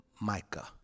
Micah